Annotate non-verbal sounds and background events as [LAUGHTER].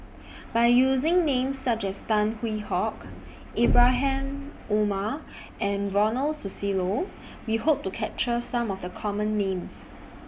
By using Names such as Tan Hwee Hock [NOISE] Ibrahim Omar and Ronald Susilo We Hope to capture Some of The Common Names